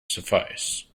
suffice